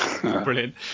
Brilliant